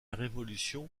révolution